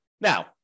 Now